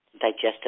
Digestive